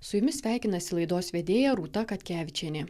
su jumis sveikinasi laidos vedėja rūta katkevičienė